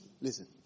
listen